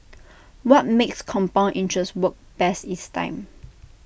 what makes compound interest work best is time